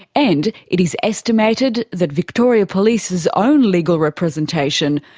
and it is estimated that victoria police's own legal representation,